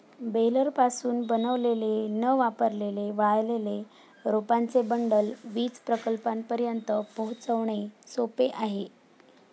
बेलरपासून बनवलेले न वापरलेले वाळलेले रोपांचे बंडल वीज प्रकल्पांपर्यंत पोहोचवणे सोपे आहे